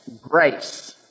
grace